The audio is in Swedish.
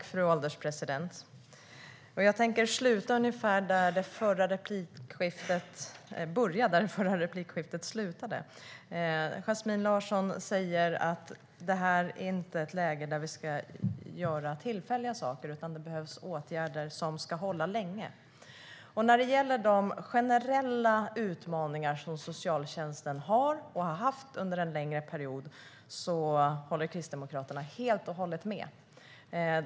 Fru ålderspresident! Jag tänker börja ungefär där det förra replikskiftet slutade. Yasmine Larsson säger att det inte är ett läge där vi ska göra tillfälliga saker, utan det behövs åtgärder som ska hålla länge. När det gäller de generella utmaningar som socialtjänsten har och har haft under en längre period håller Kristdemokraterna helt och hållet med.